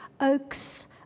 oaks